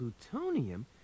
Plutonium